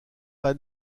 fan